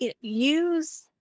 use